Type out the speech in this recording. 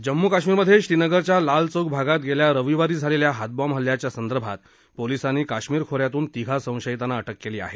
जम्मू काश्मीरमध्ये श्रीनगरच्या लाल चौक भागात गेल्या रविवारी झालेल्या हातबॉम्ब हल्ल्याच्या संदर्भात पोलिसांनी काश्मीर खोऱ्यातून तिघा संशयितांना अटक केली आहे